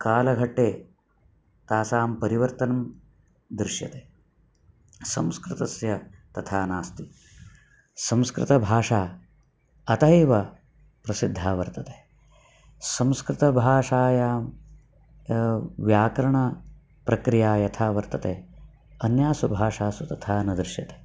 काले गते तासां परिवर्तनं दृश्यते संस्कृतस्य तथा नास्ति संस्कृतभाषा अतः एव प्रसिद्धा वर्तते संस्कृतभाषायां व्याकरणप्रक्रिया यथा वर्तते अन्यासु भाषासु तथा न दृश्यते